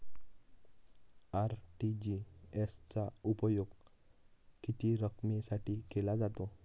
RTGS चा उपयोग किती रकमेसाठी केला जातो?